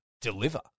deliver